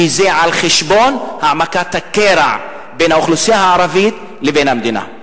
כי זה על חשבון העמקת הקרע בין האוכלוסייה הערבית לבין המדינה.